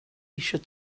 eisiau